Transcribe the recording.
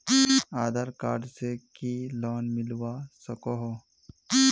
आधार card से की loan मिलवा सकोहो?